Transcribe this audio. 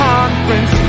Conference